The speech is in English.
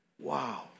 wow